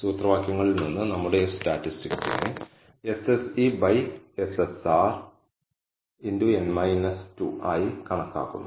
സൂത്രവാക്യങ്ങളിൽ നിന്ന് നമ്മളുടെ F സ്റ്റാറ്റിസ്റ്റിക്സിനെ SSESSR ആയി കണക്കാക്കുന്നു